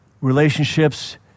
relationships